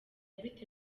bite